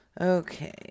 Okay